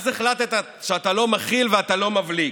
אז החלטת שאתה לא מכיל ולא מבליג,